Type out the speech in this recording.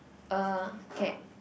uh K